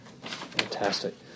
Fantastic